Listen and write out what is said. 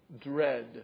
dread